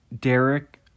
Derek